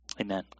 amen